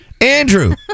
Andrew